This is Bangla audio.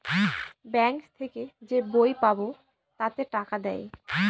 ব্যাঙ্ক থেকে যে বই পাবো তাতে টাকা দেয়